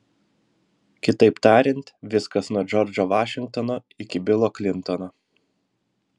kitaip tariant viskas nuo džordžo vašingtono iki bilo klintono